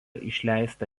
išleista